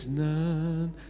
none